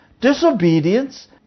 disobedience